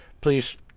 Please